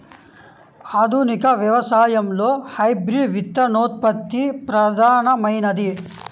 ఆధునిక వ్యవసాయంలో హైబ్రిడ్ విత్తనోత్పత్తి ప్రధానమైనది